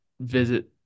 visit